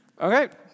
Okay